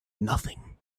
nothing